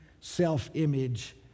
self-image